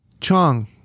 Chong